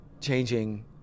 changing